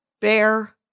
Bear